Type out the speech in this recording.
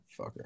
fucker